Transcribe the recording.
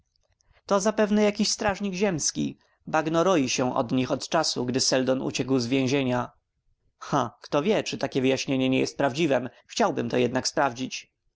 to zapewne jaki strażnik ziemski bagno roi się od nich od czasu gdy seldon uciekł z więzienia ha kto wie czy takie wyjaśnienie nie jest prawdziwem chciałbym jednak